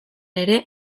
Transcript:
ere